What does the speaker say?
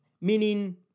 meaning